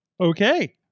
okay